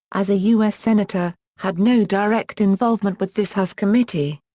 as a u s. senator, had no direct involvement with this house committee.